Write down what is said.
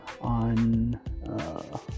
on